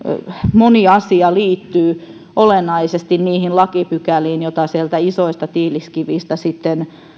moni asia liittyy olennaisesti niihin lakipykäliin joita sieltä isoista tiiliskivistä sitten